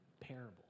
parable